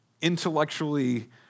intellectually